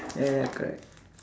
ya ya correct